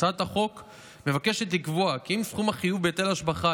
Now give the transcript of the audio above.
הצעת החוק מבקשת לקבוע כי אם סכום החיוב בהיטל השבחה